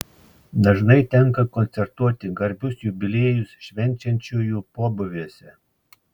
dažnai tenka koncertuoti garbius jubiliejus švenčiančiųjų pobūviuose